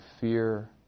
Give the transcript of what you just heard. fear